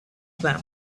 them